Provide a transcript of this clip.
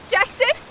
Jackson